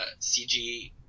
CG